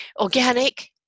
organic